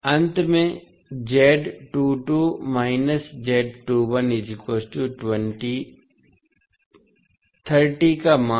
अंत में का मान